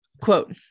quote